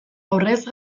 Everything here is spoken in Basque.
horrez